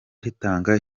ritanga